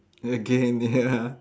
again ya